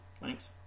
Thanks